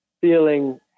feeling